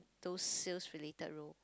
those sales related role